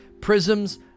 Prisms